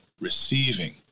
receiving